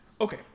Okay